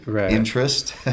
interest